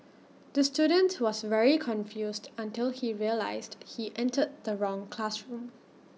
the student was very confused until he realised he entered the wrong classroom